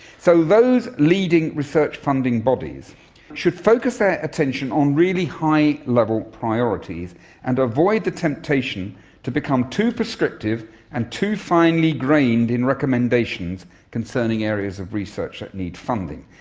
so those leading research funding bodies should focus their ah attention on really high level priorities and avoid the temptation to become too prescriptive and too finely grained in recommendations concerning areas of research that need funding.